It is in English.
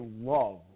love